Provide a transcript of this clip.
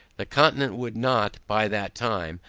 the continent, would not, by that time,